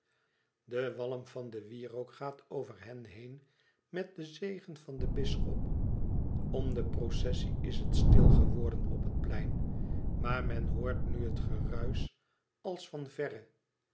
de walm van den wierook gaat over hen heen met den zegen van den bisschop om de processie is het stil geworden op het plein maar men hoort nu een geruisch als van verre